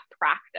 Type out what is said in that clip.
practice